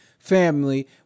family